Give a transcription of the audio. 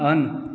on